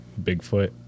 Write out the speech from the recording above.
Bigfoot